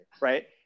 right